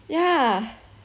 ya